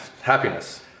Happiness